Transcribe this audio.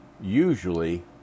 usually